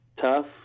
tough